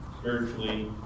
spiritually